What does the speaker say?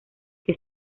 que